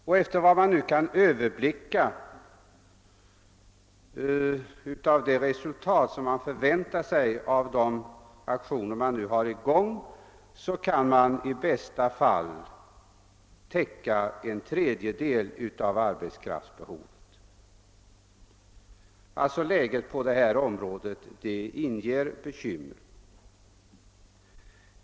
Och så långt man nu kan överblicka de aktioner som är i gång — det gäller alltså det resultat man väntar sig — går det i bästa fall att täcka en tredjedel av arbetskraftsbehovet. Läget på området inger således bekymmer.